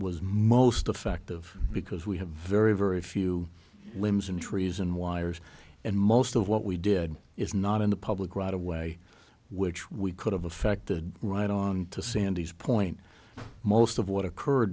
was most effective because we have very very few limbs and trees and wires and most of what we did is not in the public right of way which we could have affected right on to sandy's point most of what occurred